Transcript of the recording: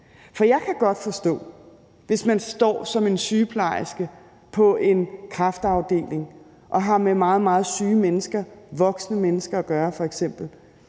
For jeg kan godt forstå, at man, hvis man står som en sygeplejerske på en kræftafdeling og f.eks. har med meget, meget syge voksne mennesker at gøre,